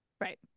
right